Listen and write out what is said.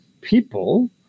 people